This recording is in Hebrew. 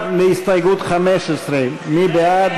להסתייגות 15, מי בעד?